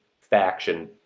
faction